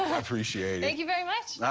appreciate it. thank you very much.